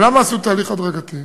למה עשו תהליך הדרגתי?